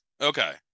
okay